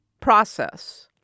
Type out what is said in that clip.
process